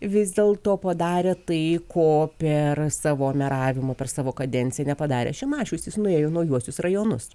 vis dėl to padarė tai ko per savo meravimo per savo kadenciją nepadarė šimašius jis nuėjo į naujuosius rajonus